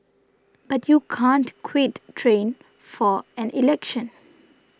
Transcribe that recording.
but you can't quite train for an election